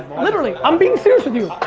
literally i'm being serious with you.